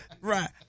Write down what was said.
Right